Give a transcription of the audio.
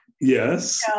Yes